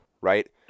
right